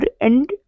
end